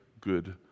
good